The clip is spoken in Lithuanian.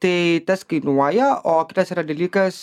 tai tas kainuoja o kitas yra dalykas